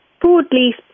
broadly